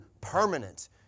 permanent